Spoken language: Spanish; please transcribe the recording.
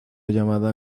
llamada